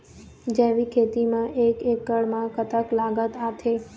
जैविक खेती म एक एकड़ म कतक लागत आथे?